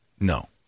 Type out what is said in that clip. No